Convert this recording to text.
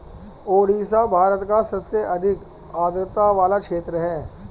ओडिशा भारत का सबसे अधिक आद्रता वाला क्षेत्र है